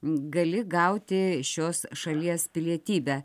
gali gauti šios šalies pilietybę